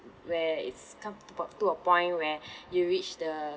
where it's come p~ to a point where you reach the